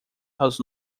aos